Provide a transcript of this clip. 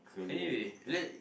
anyway let